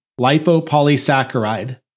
lipopolysaccharide